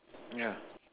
yeah